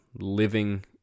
living